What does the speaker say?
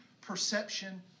perception